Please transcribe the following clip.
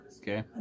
okay